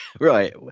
Right